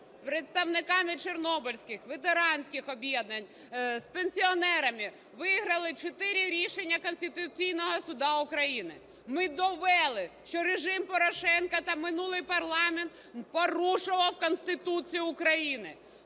представниками чорнобильських, ветеранських об'єднань, з пенсіонерами, виграли 4 рішення Конституційного Суду України. Ми довели, що режим Порошенка та минулий парламент порушував Конституцію України.